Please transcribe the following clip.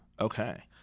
Okay